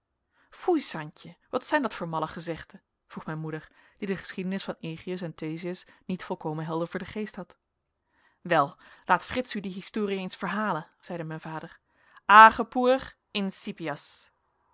foei santje wat zijn dat voor malle gezegden vroeg mijn moeder die de geschiedenis van egeus en theseus niet volkomen helder voor den geest had wel laat frits u die historie eens verhalen zeide mijn vader age